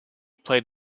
played